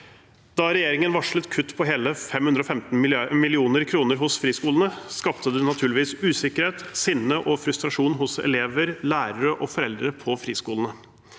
Da regjeringen varslet kutt på hele 515 mill. kr i friskolene, skapte det naturligvis usikkerhet, sinne og frustrasjon hos elever, lærere og foreldre på friskolene.